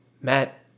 Matt